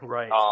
right